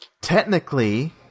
Technically